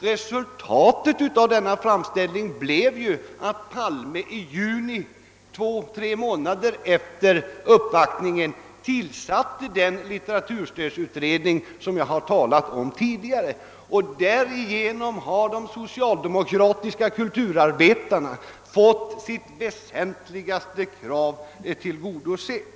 Resultatet av denna framställning blev att statsrådet Palme i juni — två å tre månader efter uppvaktningen — tillsatte den litteraturstödutredning som jagtalat om tidigare. Därigenom har de socialdemokratiska kulturarbetarna fått sitt väsentligaste krav tillgodosett.